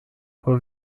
por